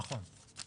נכון.